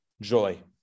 joy